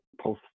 post